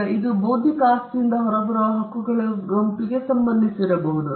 ಈಗ ಇದು ಬೌದ್ಧಿಕ ಆಸ್ತಿಯಿಂದ ಹೊರಬರುವ ಹಕ್ಕುಗಳ ಗುಂಪಿಗೆ ಸಂಬಂಧಿಸಿರಬಹುದು